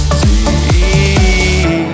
see